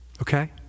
okay